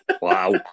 Wow